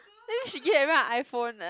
that means she give everyone an iPhone ah